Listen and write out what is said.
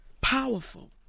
powerful